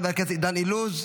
חבר הכנסת דן אילוז,